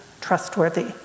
trustworthy